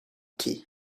tea